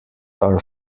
are